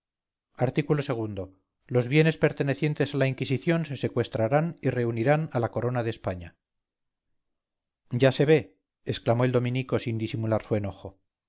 art o los bienes pertenecientes a la inquisición se secuestrarán y reunirán a la corona de españa ya se ve exclamó el dominico sin disimular su enojo